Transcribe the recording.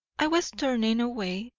i was turning away,